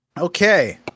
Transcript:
Okay